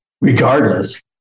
regardless